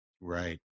Right